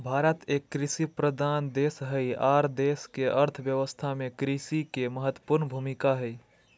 भारत एक कृषि प्रधान देश हई आर देश के अर्थ व्यवस्था में कृषि के महत्वपूर्ण भूमिका हई